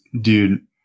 dude